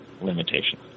limitation